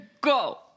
go